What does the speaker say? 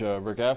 Rick